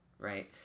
right